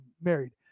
married